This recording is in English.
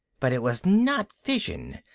but it was not fission.